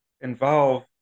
involve